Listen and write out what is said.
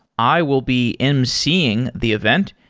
i will be emceeing the event,